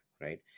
right